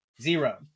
Zero